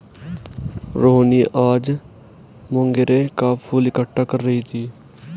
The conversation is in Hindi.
रोहिनी आज मोंगरे का फूल इकट्ठा कर रही थी